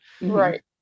right